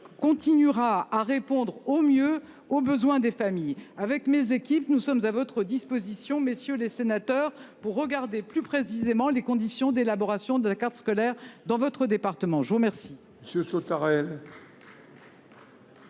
continuera à répondre au mieux aux besoins des familles. Mes équipes et moi même nous tenons à votre disposition, messieurs les sénateurs, pour examiner plus précisément les conditions d’élaboration de la carte scolaire dans votre département. La parole